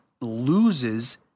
loses